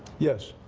yes,